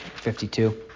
52